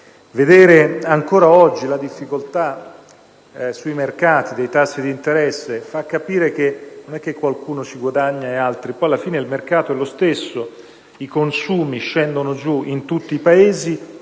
Vedere ancora oggi la difficoltà sui mercati dei tassi di interesse fa capire che non è che qualcuno ci guadagna e altri no: il mercato alla fine è lo stesso; i consumi scendono giù in tutti i Paesi